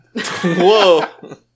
Whoa